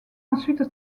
ensuite